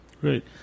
Great